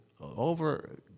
over